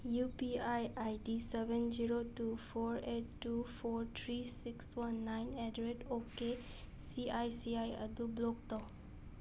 U P I I D seven zero two four eight two four three six one nine at the rate okay C I C I ꯑꯗꯨ block ꯇꯧ